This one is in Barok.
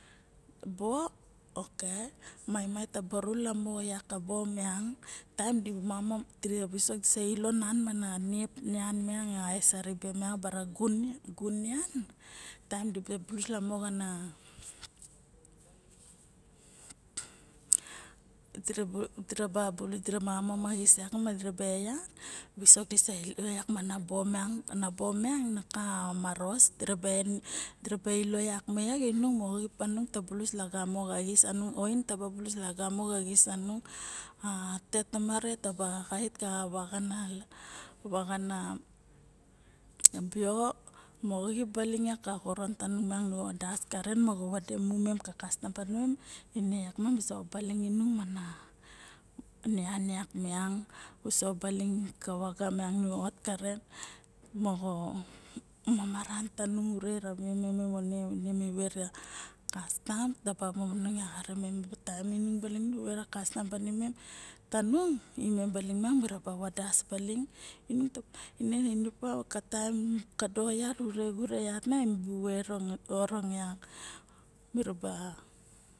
Bo oke maimai tab ru lamo yak kabi miang taem di mamam, diravisok dira ilo nan mana niep nian miang maesa ribe bara gun nian miang taem di bulus lamo xa dira, bu dira mama xis yak ma diraba eyan visok dira ilo yak mana bo ma na bo miang na ka maros derebe ilo yak me mo inung nu xip tanung lagamo xa xis sanung oin taba bulus lagamo xa xis sanung a tet tomare taba xait ka vaxana bio moxo xip baling yak ka xoron tamung nu vadas karen moxo vade mu mem ka kastam tanimem, ine yar ma misa obalin inung mana nian yak miang so baling ka vaga nu ot karen moxo mamaran tanung ure ra vimem mi ver a kkastam taba momo nong yar arixen mi mem taem nung baling nu wet kastam tanung imem baling miraba vadas baling inung, ine opa moxo taem kado yet ure ure xa yat ma mibu vet orin yat